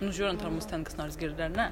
nu žiūrint ar mus ten kas nors girdi ar ne